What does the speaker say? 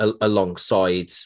alongside